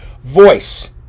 voice